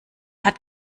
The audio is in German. hat